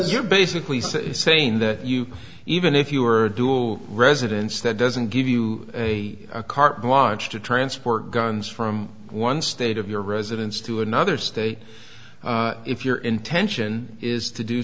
you're basically so sane that you even if you are do residence that doesn't give you a carte blanche to transport guns from one state of your residence to another state if your intention is to do